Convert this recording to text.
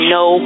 no